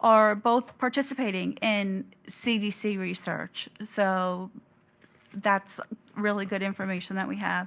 are both participating in cdc research, so that's really good information that we have.